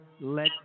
let